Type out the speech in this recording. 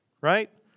Right